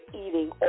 eating